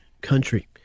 Country